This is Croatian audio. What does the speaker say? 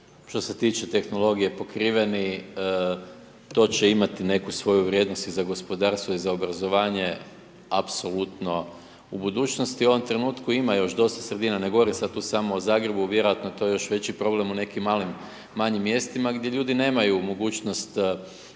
što se tiče tehnologije pokriveni, to će imati neku svoju vrijednost i za gospodarstvo i za obrazovanje apsolutno u budućnosti. U ovom trenutku ima još dosta sredina, ne govorim sad tu samo o Zagrebu, vjerojatno je to još veći problem u nekim manjim mjestima, gdje ljudi nemaju mogućnost